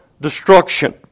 destruction